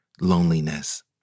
loneliness